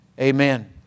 Amen